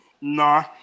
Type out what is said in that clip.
Nah